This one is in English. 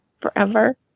forever